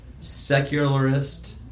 secularist